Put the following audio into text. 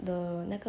err the king